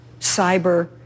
cyber